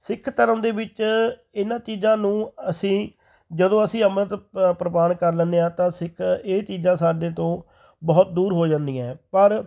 ਸਿੱਖ ਧਰਮ ਦੇ ਵਿੱਚ ਇਹਨਾਂ ਚੀਜ਼ਾਂ ਨੂੰ ਅਸੀਂ ਜਦੋਂ ਅਸੀਂ ਅੰਮ੍ਰਿਤ ਪ ਪ੍ਰਵਾਨ ਕਰ ਲੈਦੇ ਹਾਂ ਤਾਂ ਸਿੱਖ ਇਹ ਚੀਜ਼ਾਂ ਸਾਡੇ ਤੋਂ ਬਹੁਤ ਦੂਰ ਹੋ ਜਾਂਦੀਆਂ ਪਰ